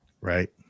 Right